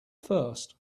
first